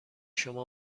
شما